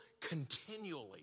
continually